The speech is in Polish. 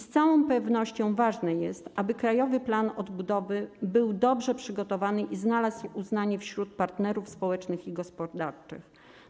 Z całą pewnością ważne jest to, aby Krajowy Plan Odbudowy był dobrze przygotowany i znalazł uznanie wśród partnerów społecznych i gospodarczych.